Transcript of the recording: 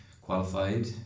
qualified